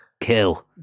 Kill